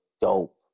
dope